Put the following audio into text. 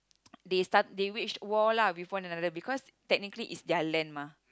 they start they wage war lah with one another cause technically it's their land mah